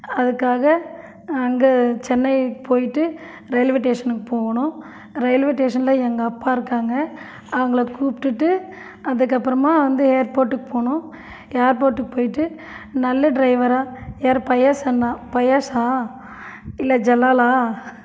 அதுக்காக அங்கே சென்னை போய்ட்டு ரயில்வே ஸ்டேஷனுக்கு போகணும் ரயில்வே ஸ்டேஷன்ல எங்கள் அப்பா இருக்காங்கள் அவங்கள கூப்பிடுட்டு அதுக்கு அப்புறமா வந்து ஏர்போர்ட்டுக்கு போகணும் ஏர்போர்ட்டுக்கு போய்ட்டு நல்ல ட்ரைவரா யார் பையாஸ் அண்ணா பையாஸா இல்லை ஜலாலா